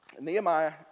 Nehemiah